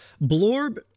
blorb